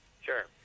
Sure